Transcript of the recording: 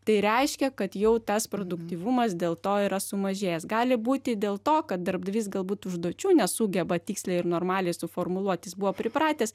tai reiškia kad jau tas produktyvumas dėl to yra sumažėjęs gali būti dėl to kad darbdavys galbūt užduočių nesugeba tiksliai ir normaliai suformuluot jis buvo pripratęs